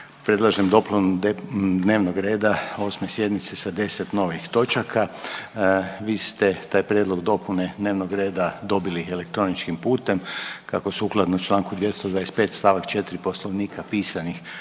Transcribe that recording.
predlažem dopunu dnevnog reda 8. sjednice sa 10 novih točaka. Vi ste taj prijedlog dopune dnevnog reda dobili elektroničkim putem. Kako sukladno čl. 225. st. 4. Poslovnika pisanih